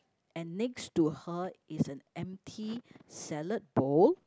and next to her is an empty salad bowl